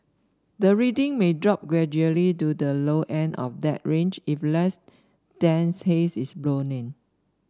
the reading may drop gradually to the low end of that range if less dense haze is blown in